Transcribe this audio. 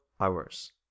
hours